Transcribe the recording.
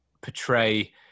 portray